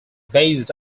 based